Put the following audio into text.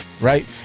right